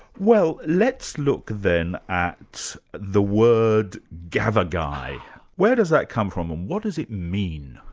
well let's look then at the word gavagai. where does that come from and what does it mean?